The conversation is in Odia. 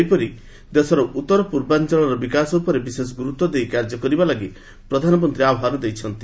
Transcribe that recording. ସେହିପରି ଦେଶର ଉତ୍ତର ପୂର୍ବାଞ୍ଚଳର ବିକାଶ ଉପରେ ବିଶେଷ ଗୁରୁତ୍ୱ ଦେଇ କାର୍ଯ୍ୟ କରିବା ଲାଗି ପ୍ରଧାନମନ୍ତ୍ରୀ ଆହ୍ବାନ ଦେଇଛନ୍ତି